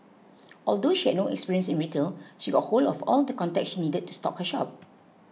although she had no experience in retail she got hold of all the contacts she needed to stock her shop